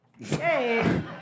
Hey